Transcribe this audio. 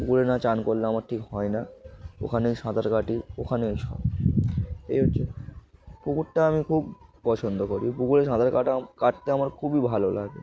পুকুরে না স্নান করলে আমার ঠিক হয় না ওখানেই সাঁতার কাটি ওখানেই সব এই হচ্ছে পুকুরটা আমি খুব পছন্দ করি পুকুরে সাঁতার কাটা কাটতে আমার খুবই ভালো লাগে